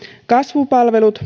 kasvupalvelut